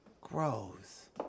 grows